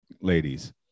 ladies